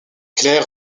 claire